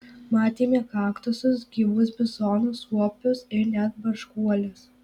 matėme kaktusus gyvus bizonus suopius ir net barškuoles